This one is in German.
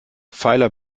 pfeiler